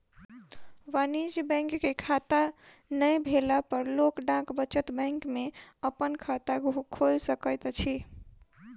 वाणिज्य बैंक के खाता नै भेला पर लोक डाक बचत बैंक में अपन खाता खोइल सकैत अछि